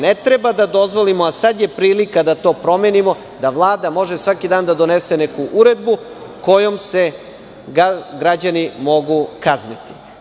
Ne treba da dozvolimo, a sada je prilika da to promenimo, da Vlada može svaki dan da donese neku uredbu kojom se građani mogu kazniti.